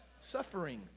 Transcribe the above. Suffering